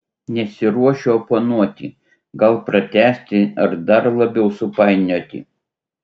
nesiruošiu oponuoti gal pratęsti ar dar labiau supainioti